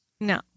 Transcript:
no